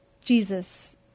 Jesus